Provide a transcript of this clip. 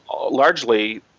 largely